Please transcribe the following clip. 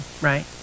right